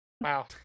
Wow